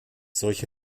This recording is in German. solche